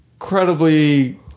incredibly